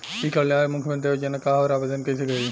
ई कल्याण मुख्यमंत्री योजना का है और आवेदन कईसे करी?